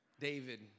David